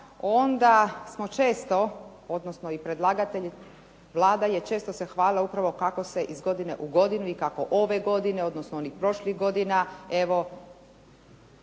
onda smo često, odnosno i predlagatelji, Vlada je često se hvalila upravo kako se iz godine u godinu i kako ove godine, odnosno onih prošlih godina evo